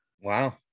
Wow